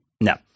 No